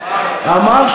אמר.